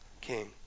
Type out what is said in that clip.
king